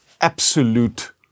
absolute